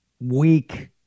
weak